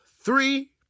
three